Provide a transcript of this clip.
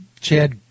Chad